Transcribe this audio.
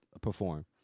perform